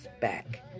back